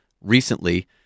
recently